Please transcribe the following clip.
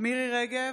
מירי מרים רגב,